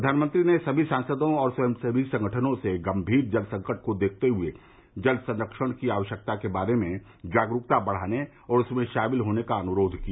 प्रधानमंत्री ने सभी सांसदों और स्वयंसेवी संगठनों से गंभीर जल सकंट को देखते हुए जल संरक्षण की आवश्यकता के बारे में जागरूकता बढ़ाने और उसमें शामिल होने का अनुरोध किया